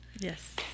Yes